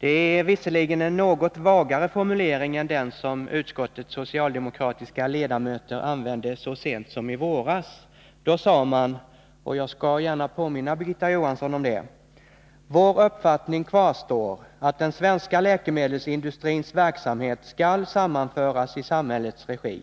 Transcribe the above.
Det är visserligen en något vagare formulering än den som utskottets socialdemokratiska ledamöter använde så sent som i våras. Då — och jag vill gärna påminna Birgitta Johansson om det — sade man: ”Vår uppfattning kvarstår att den svenska läkemedelsindustrins verksamhet skall sammanföras i samhällets regi.